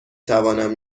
توانم